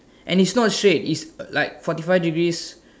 and it's not shade is like forty five degrees